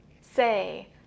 say